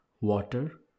water